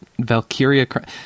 Valkyria